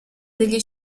degli